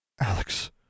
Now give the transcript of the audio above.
Alex